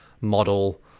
model